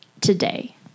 today